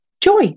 joy